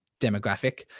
demographic